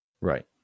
Right